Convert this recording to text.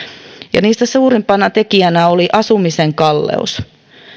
ja niistä suurimpana tekijänä oli asumisen kalleus